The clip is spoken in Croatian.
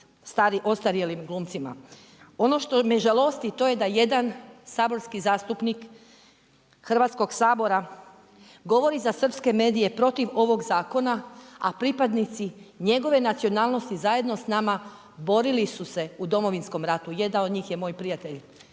ostarjelim glumcima. Ono što me žalosti to je da jedan saborski zastupnik Hrvatskog sabora govori za srpske medije protiv ovog zakona, a pripadnici njegove nacionalnosti zajedno s nama borili su se u Domovinskom ratu. Jedan od njih je moj prijatelj